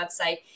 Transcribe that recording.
website